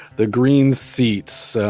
the green seats,